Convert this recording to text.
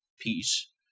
peace